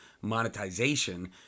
monetization